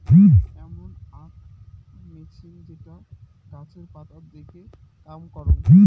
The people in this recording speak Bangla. এমন আক মেছিন যেটো গাছের পাতা দেখে কাম করং